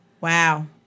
wow